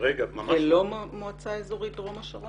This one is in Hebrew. זאת לא המועצה האזורית דרום השרון?